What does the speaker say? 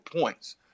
points